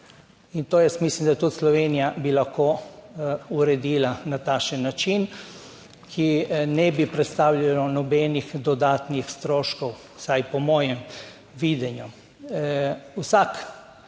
in to jaz mislim, da tudi Slovenija bi lahko uredila na takšen način, ki ne bi predstavljalo nobenih dodatnih stroškov, vsaj po mojem videnju.